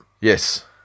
Yes